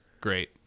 great